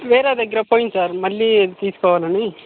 వేరే దగ్గర పోయింది సార్ మళ్ళీ వెళ్ళి తీసుకోవాలని